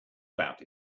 about